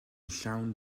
llawn